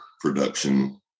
production